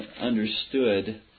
understood